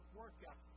workout